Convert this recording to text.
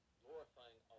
glorifying